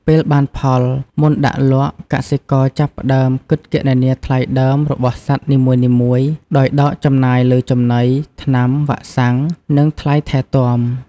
ពេលបានផល មុនដាក់លក់ កសិករចាប់ផ្តើមគិតគណនាថ្លៃដើមរបស់សត្វនីមួយៗ ដោយដកចំណាយលើចំណី ថ្នាំ វ៉ាក់សាំង និងថ្លៃថែទាំ។